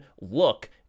look